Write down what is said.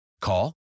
Call